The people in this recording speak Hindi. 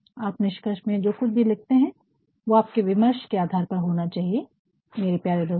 आप निष्कर्ष में जो कुछ भी लिखते है वो आपके विमर्श के आधार पर होना चाहिए मेरे प्यारे दोस्तों